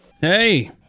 Hey